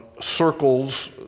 circles